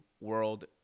World